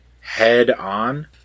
head-on